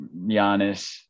Giannis